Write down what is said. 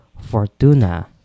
fortuna